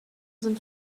sind